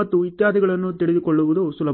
ಮತ್ತು ಇತ್ಯಾದಿಗಳನ್ನು ತಿಳಿದುಕೊಳ್ಳುವುದು ಸುಲಭ